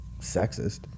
sexist